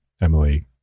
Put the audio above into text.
Emily